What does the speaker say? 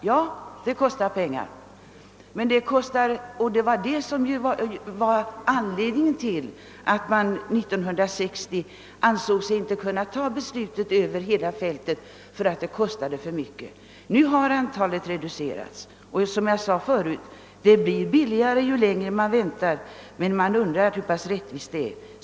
Ja, det kostar pengar, och anledningen till att man 1960 inte ansåg sig kunna slopa inkomstprövningen över hela linjen var att det kostade för mycket. Nu har antalet änkor reducerats, och, som jag sade förut, det blir billigare ju längre man väntar. Men rättvist är det inte!